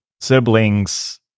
siblings